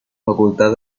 facultad